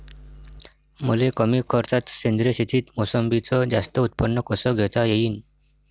मले कमी खर्चात सेंद्रीय शेतीत मोसंबीचं जास्त उत्पन्न कस घेता येईन?